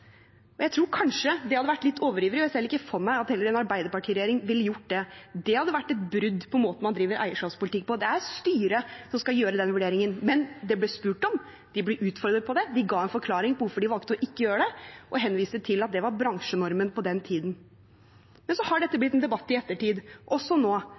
Jeg tror kanskje det hadde vært å være litt overivrig. Jeg ser heller ikke for meg at en arbeiderpartiregjering ville gjort det. Det hadde vært et brudd på måten man driver eierskapspolitikk på. Det er styret som skal foreta den vurderingen. Men dette ble det spurt om, de ble utfordret på det, de ga en forklaring på hvorfor de valgte å ikke gjøre det, og henviste til at det var bransjenormen på den tiden. Så har dette blitt en debatt i ettertid, også nå,